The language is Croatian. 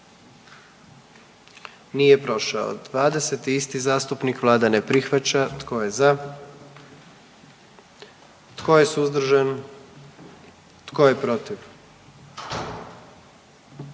dio zakona. 44. Kluba zastupnika SDP-a, vlada ne prihvaća. Tko je za? Tko je suzdržan? Tko je protiv?